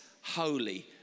holy